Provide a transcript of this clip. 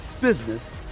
business